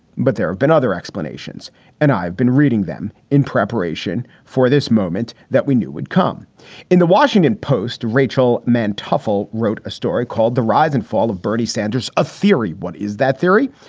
but there have been other explanations and i've been reading them in preparation for this moment that we knew would come in. the washington post's rachel manteuffel wrote a story called the rise and fall of bernie sanders a theory. what is that theory?